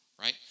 right